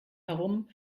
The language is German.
herum